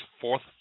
fourth